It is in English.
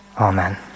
Amen